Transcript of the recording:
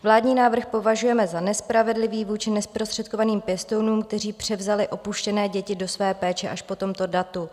Vládní návrh považujeme za nespravedlivý vůči nezprostředkovaným pěstounům, kteří převzali opuštěné děti do své péče až po tomto datu.